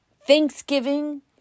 Thanksgiving